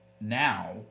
now